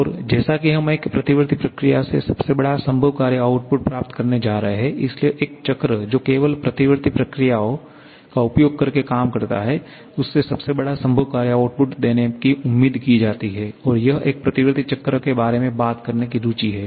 और जैसा कि हम एक प्रतिवर्ती प्रक्रिया से सबसे बड़ा संभव कार्य आउटपुट प्राप्त करने जा रहे हैं इसलिए एक चक्र जो केवल प्रतिवर्ती प्रक्रियाओं का उपयोग करके काम करता है उससे सबसे बड़ा संभव कार्य आउटपुट देने की उम्मीद की जाती है और यह एक प्रतिवर्ती चक्र के बारे में बात करने की रुचि है